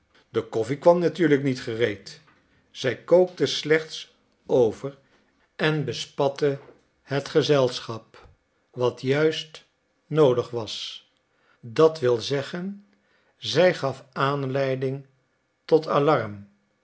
de koffie kwam natuurlijk niet gereed zij kookte slechts over en bespatte het gezelschap wat juist noodig was dat wil zeggen zij gaf aanleiding tot alarm